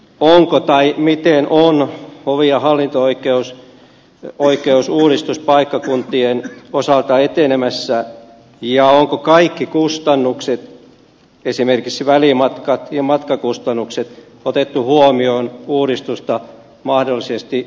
onko tai miten on hovi ja hallinto oikeusuudistus paikkakuntien osalta etenemässä ja onko kaikki kustannukset esimerkiksi välimatkat ja matkakustannukset otettu huomioon uudistusta mahdollisesti tehtäessä